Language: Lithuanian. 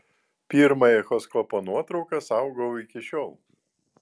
pirmą echoskopo nuotrauką saugau iki šiol